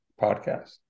podcast